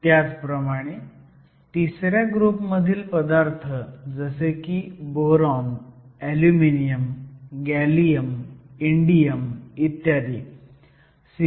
त्याचप्रमाणे 3ऱ्या ग्रुप मधील पदार्थ जसे की boron aluminium gallium indium E